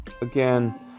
Again